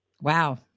Wow